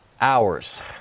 hours